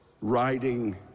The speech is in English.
writing